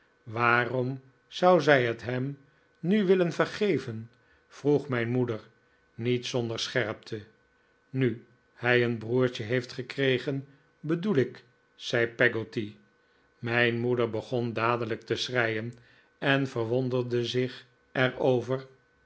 waarom zou zij het hem nu willen vergeven vroeg mijn moeder niet zonder scherpte nu hij een broertje heeft gekregen bedoel ik zei peggotty mijn moeder begon dadelijk te schreien en verwonderde zich